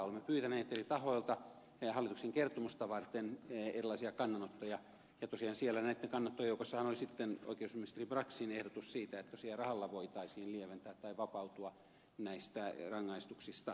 olemme pyytäneet eri tahoilta hallituksen kertomusta varten erilaisia kannanottoja ja tosiaan siellä näitten kannanottojen joukossahan oli sitten oikeusministeri braxin ehdotus siitä että tosiaan rahalla voitaisiin lieventää tai vapautua näistä rangaistuksista